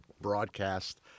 broadcast